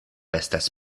estas